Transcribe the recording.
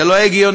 זה לא הגיוני,